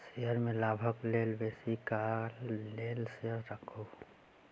share में लाभक लेल बेसी काल लेल शेयर राखू